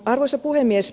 arvoisa puhemies